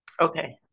Okay